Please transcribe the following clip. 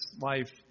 life